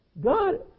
God